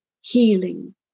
healing